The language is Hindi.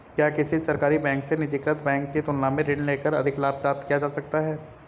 क्या किसी सरकारी बैंक से निजीकृत बैंक की तुलना में ऋण लेकर अधिक लाभ प्राप्त किया जा सकता है?